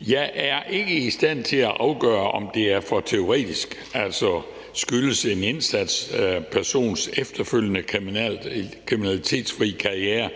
Jeg er ikke i stand til at afgøre, om det er for teoretisk. Altså, skyldes en indsat persons efterfølgende kriminalitetsfri karriere